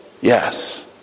Yes